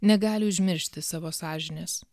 negali užmiršti savo sąžinės